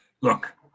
look